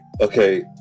okay